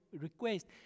request